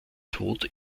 tod